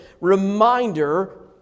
reminder